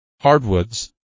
Hardwoods